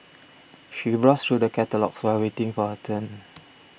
she browsed through the catalogues while waiting for her turn